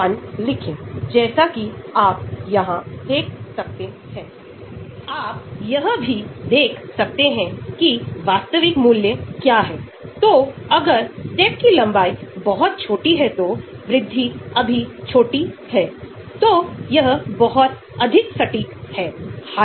23 के आसपास log p के साथ संरचनाएं CNS में प्रवेश करती हैं जो कि आपका केंद्रीय तंत्रिका तंत्र है क्योंकि आपको याद है कि रक्त मस्तिष्क बाधा में प्रवेश करने के लिए हमें लगभग 23 की आवश्यकता होती है